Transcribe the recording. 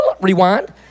rewind